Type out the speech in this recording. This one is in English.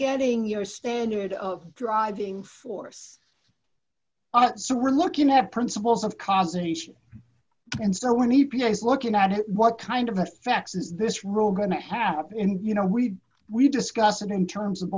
getting your standard of driving force so we're looking at principles of cars each and so when he plays looking at it what kind of effects is this room going to have and you know we we discuss it in terms of